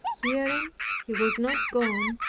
hearing he was not gone,